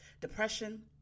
depression